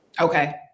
Okay